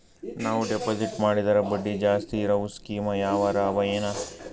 ನಾವು ಡೆಪಾಜಿಟ್ ಮಾಡಿದರ ಬಡ್ಡಿ ಜಾಸ್ತಿ ಇರವು ಸ್ಕೀಮ ಯಾವಾರ ಅವ ಏನ?